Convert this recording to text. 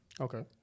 Okay